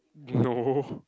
no